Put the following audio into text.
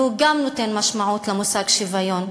והוא גם נותן משמעות למושג שוויון,